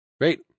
Great